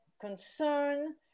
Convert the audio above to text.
concern